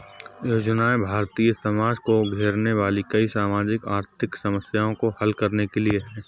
योजनाएं भारतीय समाज को घेरने वाली कई सामाजिक आर्थिक समस्याओं को हल करने के लिए है